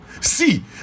see